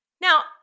Now